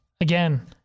Again